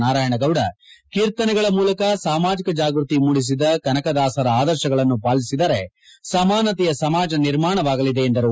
ನಾರಾಯಣಗೌಡ ಕೀರ್ತನೆಗಳ ಮೂಲಕ ಸಾಮಾಜಿಕ ಜಾಗೃತಿ ಮೂಡಿಸಿದ ಕನಕದಾಸರ ಅದರ್ಶಗಳನ್ನು ಪಾಲಿಸಿದರೆ ಸಮಾನತೆಯ ಸಮಾಜ ನಿರ್ಮಾಣವಾಗಲಿದೆ ಎಂದರು